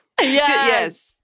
Yes